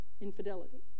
infidelity